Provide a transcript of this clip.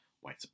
white